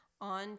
on